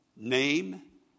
name